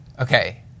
Okay